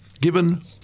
Given